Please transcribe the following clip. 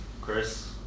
Chris